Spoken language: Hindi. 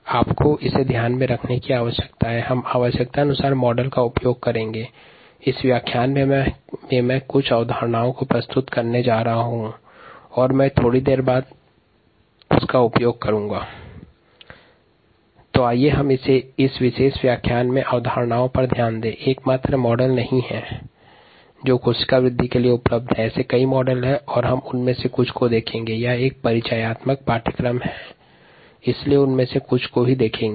अब इस व्याख्यान में कोशिका के वृद्धि के संदर्भ में मॉडल्स और अवधारणाओं पर चर्चा करेंगे और अनुप्रयोग देखेंगे